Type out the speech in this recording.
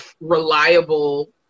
reliable